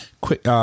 quick